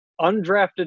undrafted